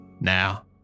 Now